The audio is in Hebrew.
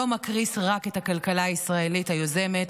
לא מקריס רק את הכלכלה הישראלית היוזמת,